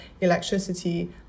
electricity